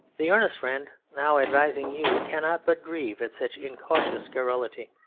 the earnest friend now advising you cannot but grieve at such incautious garrulity.